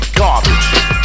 garbage